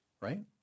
Right